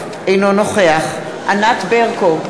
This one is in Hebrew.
אינו נוכח ענת ברקו,